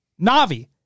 Na'vi